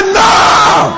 now